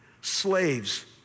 Slaves